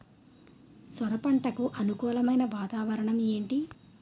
సొర పంటకు అనుకూలమైన వాతావరణం ఏంటి?